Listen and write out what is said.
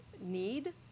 need